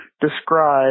describe